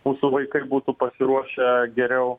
mūsų vaikai būtų pasiruošę geriau